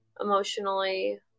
emotionally